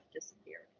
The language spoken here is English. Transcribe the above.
disappeared